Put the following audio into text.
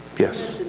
yes